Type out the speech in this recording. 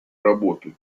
работы